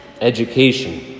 Education